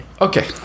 Okay